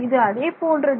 இது அதே போன்றது